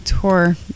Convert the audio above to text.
Tour